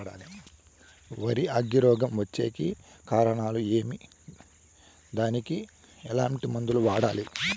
వరి అగ్గి రోగం వచ్చేకి కారణాలు ఏమి దానికి ఎట్లాంటి మందులు వాడాలి?